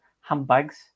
handbags